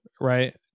right